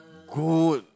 good